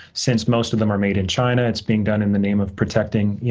since most of them are made in china, it's being done in the name of protecting yeah